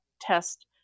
test